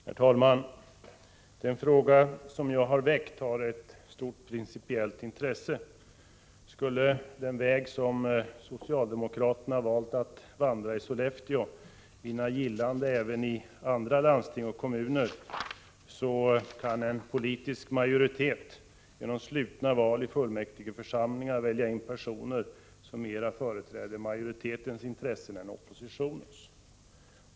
Herr talman! Den fråga som jag har väckt har ett stort principiellt intresse. Skulle den väg som socialdemokraterna valt att vandra i Sollefteå vinna gillande även i andra landsting och kommuner, kan en politisk majoritet genom slutna val i fullmäktigeförsamlingar välja in personer som mera företräder majoritetens intressen än oppositionens.